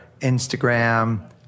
Instagram